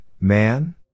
man